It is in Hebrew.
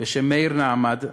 בשם מאיר נעמד,